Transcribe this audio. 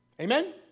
Amen